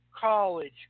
college